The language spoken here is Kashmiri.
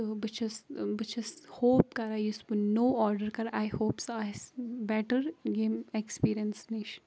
تہٕ بہٕ چھَس بہٕ چھَس ہوپ کَران یُس بہٕ نوٚو آرڈَر کَرٕ آے ہوپ سُہ آسہِ بیٚٹَر ییٚمۍ ایٮٚکسپیٖریَنٕس نِش